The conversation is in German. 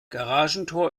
garagentor